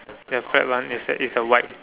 ya correct one is that is the white